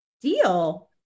deal